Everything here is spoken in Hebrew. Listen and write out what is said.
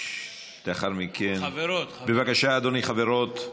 לאחר מכן, חברות, חברות.